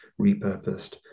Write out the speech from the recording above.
repurposed